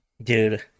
Dude